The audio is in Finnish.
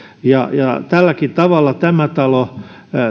tälläkin tavalla